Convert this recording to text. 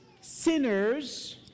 sinners